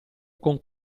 con